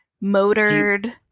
motored